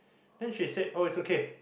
then she said oh it's okay